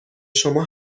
شما